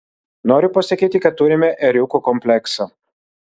noriu pasakyti kad turime ėriuko kompleksą